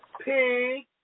pig